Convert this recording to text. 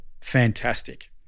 fantastic